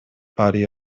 body